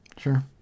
Sure